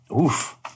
Oof